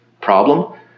problem